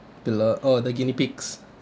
bella orh the guinea pigs